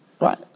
right